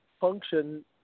function